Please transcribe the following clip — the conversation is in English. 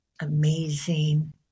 amazing